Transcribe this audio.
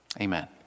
Amen